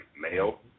Male